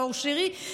נאור שירי,